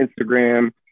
instagram